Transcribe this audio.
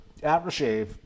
aftershave